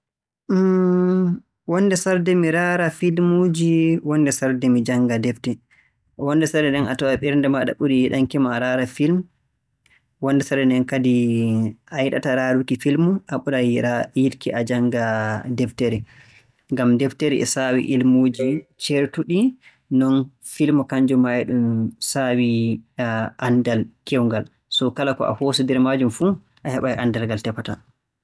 Hmn, wonnde sarde mi raara filmuuji wonnde sarnde jannga defte. Wonnde sarde nden a taway ɓernde maaɗa ɓurii yiɗanki ma a raara filmu, wonnde sarde nden kadi a yiɗataa raaruki filmu a ɓuray raar- a ɓuray yiɗki a jannga deftere. Ngam deftere e saawi ilmuuji ceertuɗi. Non filmu kannjum maa e ɗum saawi anndal keewngal. So kala ko a hoosi nder maajum fuu a heɓay anndal ngal tefata.